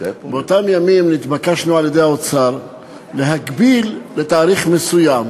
באותם ימים נתבקשנו על-ידי האוצר להגביל לתאריך מסוים.